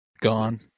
gone